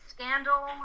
Scandal